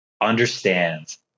understands